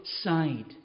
side